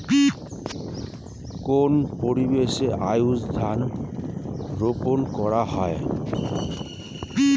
কোন পরিবেশে আউশ ধান রোপন করা হয়?